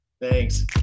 Thanks